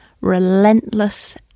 relentless